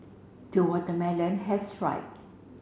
the watermelon has ripe